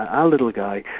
our little guy,